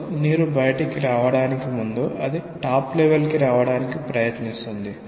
so నీరు బయటికి రావడానికి ముందు అది టాప్ లెవెల్ కి రావడానికి ప్రయత్నిస్తుంది